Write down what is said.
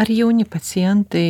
ar jauni pacientai